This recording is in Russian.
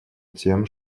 тем